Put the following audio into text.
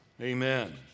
Amen